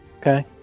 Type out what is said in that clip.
Okay